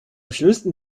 schlimmsten